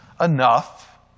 enough